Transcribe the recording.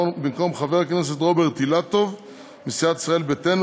במקום חבר הכנסת רוברט אילטוב מסיעת ישראל ביתנו